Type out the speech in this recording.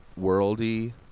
worldy